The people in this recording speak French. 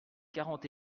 quarante